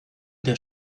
der